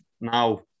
now